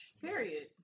Period